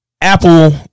Apple